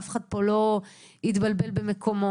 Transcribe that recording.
אף אחד פה לא יתבלבל במקומו,